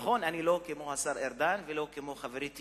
נכון, אני לא כמו השר ארדן ולא כמו חברי טיבי.